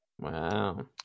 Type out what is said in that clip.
Wow